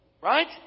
Right